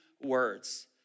words